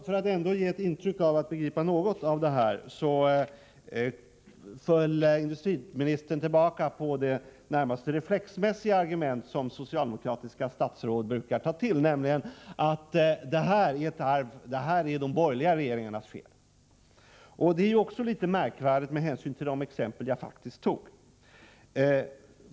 För att ändå ge ett intryck av att begripa något av detta föll industriministern tillbaka på det i det närmaste reflexmässiga argument som socialdemokratiska statsråd brukar ta till, nämligen att detta är de borgerliga regeringarnas fel. Detta är litet märkvärdigt med hänsyn till de exempel jag faktiskt tog.